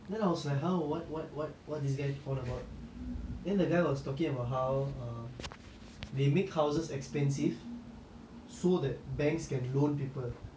then I was like !huh! what what what what this guy on about then the guy was talking about how err they make houses expensive so that banks can loan people